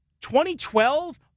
2012